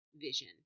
vision